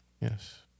Yes